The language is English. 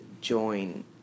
join